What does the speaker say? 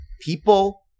people